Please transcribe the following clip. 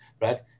right